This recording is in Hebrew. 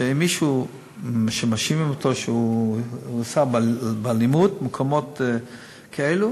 שמישהו שמאשימים אותו שניסה באלימות, במקומות כאלה